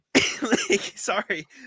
Sorry